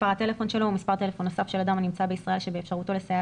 מספר הטלפון שלו ומספר טלפון נוסף של אדם הנמצא בישראל שבאפשרותו לסייע